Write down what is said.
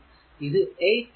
ഇത് 8 വോൾട്